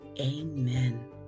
Amen